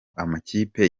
amakipe